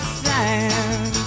sand